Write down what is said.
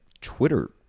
Twitter